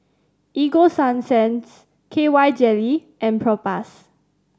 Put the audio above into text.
Ego Sunsense K Y Jelly and Propass